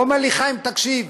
הוא אומר לי: חיים, תקשיב,